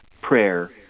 prayer